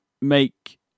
make